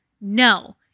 no